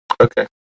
Okay